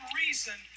reason